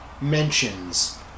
Mentions